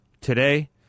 Today